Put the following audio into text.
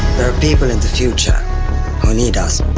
there are people in the future who need us.